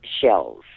shells